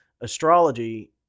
astrology